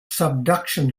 subduction